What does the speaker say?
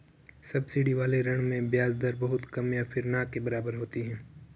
subsidy वाले ऋण में ब्याज दर बहुत कम या फिर ना के बराबर होती है